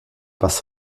was